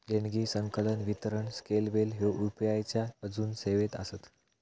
देणगी, संकलन, वितरण स्केलेबल ह्ये यू.पी.आई च्या आजून सेवा आसत